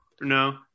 no